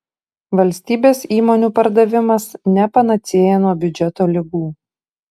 valstybės įmonių pardavimas ne panacėja nuo biudžeto ligų